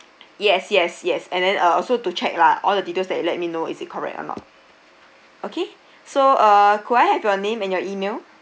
yes yes yes and then uh also to check lah all the details that you let me know is it correct or not okay so uh could I have your name and your E-mail